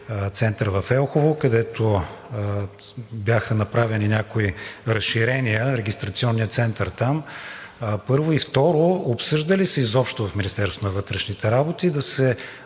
център в Елхово, където бяха направени някои разширения – регистрационният център? И, второ, обсъжда ли се изобщо в Министерството на вътрешните работи да се